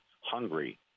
hungry